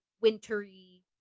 wintery